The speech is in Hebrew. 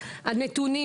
שלו.